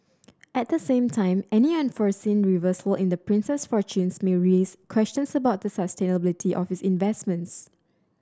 at the same time any unforeseen reversal in the prince's fortunes may raise questions about the sustainability of his investments